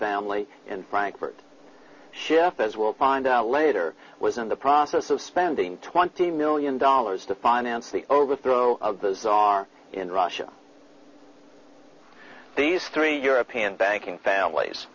family in frankfurt shift as will find out later was in the process of spending twenty million dollars to finance the overthrow of those are in russia these three european banking families